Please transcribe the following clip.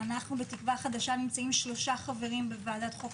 אנחנו בתקווה חדשה נמצאים שלושה חברים בוועדת החוקה,